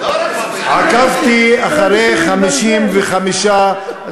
עקבתי אחרי 55,